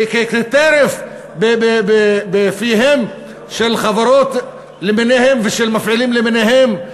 כטרף בפיהן של חברות למיניהן ושל מפעילים למיניהם.